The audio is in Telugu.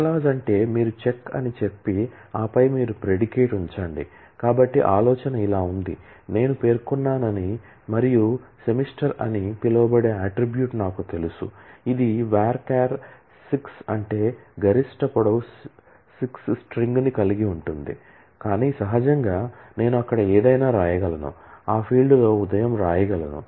చెక్ క్లాజ్ 6 అంటే గరిష్ట పొడవు 6 స్ట్రింగ్ కలిగి ఉంటుంది కానీ సహజంగా నేను అక్కడ ఏదైనా వ్రాయగలను ఆ ఫీల్డ్లో ఉదయం వ్రాయగలను